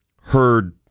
heard